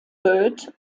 bird